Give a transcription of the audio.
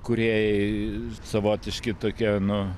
kūrėjai savotiški tokie nu